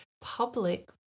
public